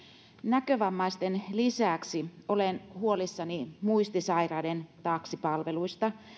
näkövammaisten lisäksi olen huolissani muistisairaiden taksipalveluista